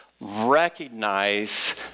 recognize